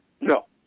no